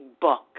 book